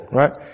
right